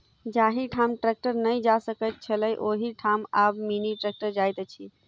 जाहि ठाम ट्रेक्टर नै जा सकैत छलै, ओहि ठाम आब मिनी ट्रेक्टर जाइत अछि